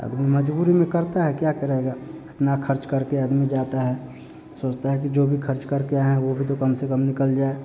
अीदमी मज़बूरी में करता है क्या करेगा इतना खर्च करके आदमी जाता है सोचता है कि जो भी खर्च करके आए हैं वह भी तो कम से कम निकल जाए